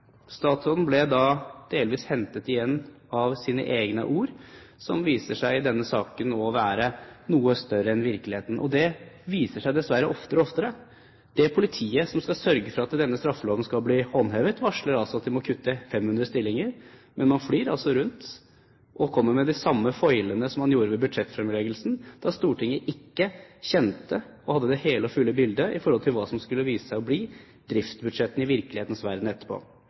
statsråden ble delvis hentet igjen av sine egne ord, som i denne saken viser seg å være noe større enn virkeligheten, og det viser seg dessverre oftere og oftere. Det politiet som skal sørge for at denne straffeloven skal bli håndhevet, varsler at de må kutte 500 stillinger. Men man flyr altså rundt og kommer med de samme foilene som man gjorde ved budsjettfremleggelsen, da Stortinget ikke kjente eller hadde det hele og fulle bildet med tanke på hva som skulle vise seg å bli driftsbudsjettene i virkelighetens verden etterpå.